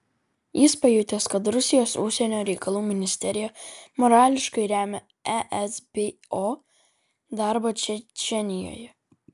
jis pajutęs kad rusijos užsienio reikalų ministerija morališkai remia esbo darbą čečėnijoje